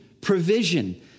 provision